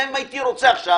גם אם הייתי רוצה עכשיו